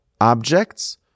objects